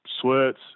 sweats